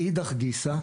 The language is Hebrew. מאידך גיסא,